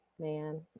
man